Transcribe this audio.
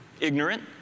ignorant